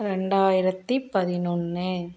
ரெண்டாயிரத்தி பதினொன்று